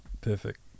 perfect